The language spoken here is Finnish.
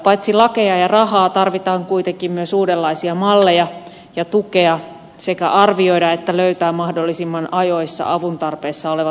paitsi lakeja ja rahaa tarvitaan kuitenkin myös uudenlaisia malleja ja tukea ja pitää sekä arvioida että löytää mahdollisimman ajoissa avun tarpeessa olevat nuoret